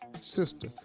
Sister